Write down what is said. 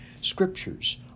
scriptures